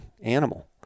animal